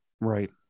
Right